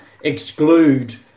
exclude